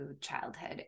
childhood